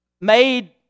made